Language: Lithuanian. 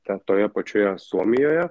ten toje pačioje suomijoje